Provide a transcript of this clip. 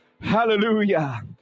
Hallelujah